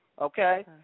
Okay